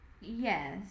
Yes